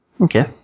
Okay